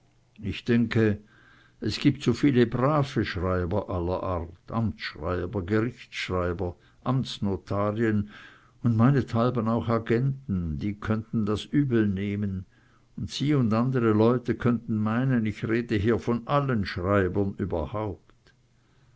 ich denke es gibt so viele brave schreiber aller art amtsschreiber gerichtsschreiber amtsnotarien und meinethalben auch agenten die könnten das übel nehmen und sie und andere leute könnten meinen ich rede hier von allen schreibern überhaupt